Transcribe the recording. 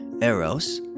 eros